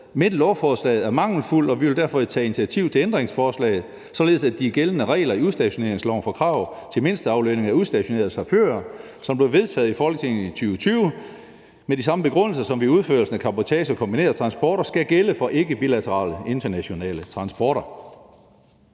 men lovforslaget er mangelfuldt, og vi vil derfor tage initiativ til et ændringsforslag, således at de gældende regler i udstationeringsloven for krav til mindsteaflønning af udstationerede chauffører, som blev vedtaget i Folketinget i 2020, med de samme begrundelser som ved udførelsen af cabotage og kombinerede transporter skal gælde for ikkebilaterale internationale transporter.